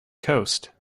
coast